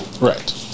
Right